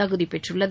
தகுதிப்பெற்றுள்ளது